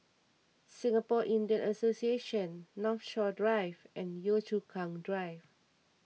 Singapore Indian Association Northshore Drive and Yio Chu Kang Drive